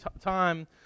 time